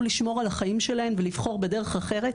לשמור על החיים שלהן ולבחור בדרך אחרת,